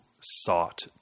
sought